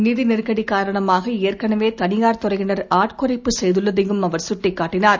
நிதி நெருக்கடி காரணமாக ஏற்கனவே தனியார் துறையிளர் ஆட்குறைப்பு செய்துள்ளதையும் அவர் சுட்டிக்காட்டினார்